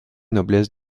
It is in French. noblesse